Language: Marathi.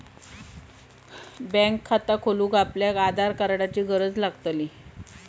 बॅन्क खाता खोलूक आपल्याक आधार कार्डाची गरज लागतली